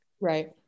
right